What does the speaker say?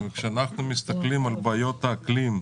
כשאנחנו מסתכלים על בעיות האקלים,